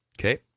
Okay